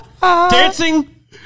Dancing